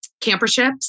camperships